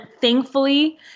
thankfully